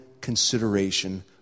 consideration